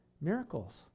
Miracles